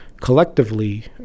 collectively